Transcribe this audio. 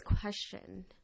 question